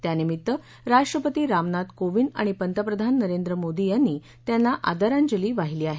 त्यानिमित्त राष्ट्रपती रामनाथ कोविंद आणि पंतप्रधान नरेंद्र मोदी यांनी त्यांना आदरांजली वाहिली आहे